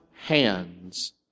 hands